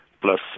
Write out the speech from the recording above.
plus